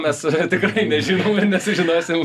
mes tikrai nežinom ir nesužinosim